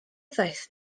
ddaeth